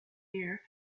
year